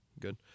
Good